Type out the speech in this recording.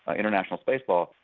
international space law,